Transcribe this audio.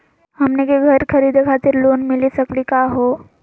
हमनी के घर खरीदै खातिर लोन मिली सकली का हो?